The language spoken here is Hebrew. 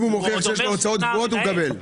אם הוא מוכיח שיש לו הוצאות קבועות הוא מקבל.